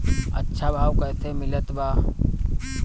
अच्छा भाव कैसे मिलत बा?